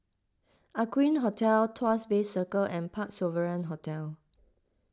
Aqueen Hotel Tuas Bay Circle and Parc Sovereign Hotel